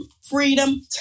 freedom